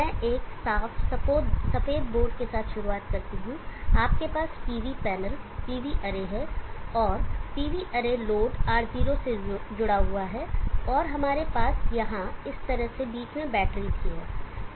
मैं एक साफ सफेद बोर्ड के साथ शुरुआत करता हूं आपके पास PV पैनल PV अरे है और PV अरे लोड R0 से जुड़ा हुआ है और हमारे पास इस तरह से बीच में बैटरी भी है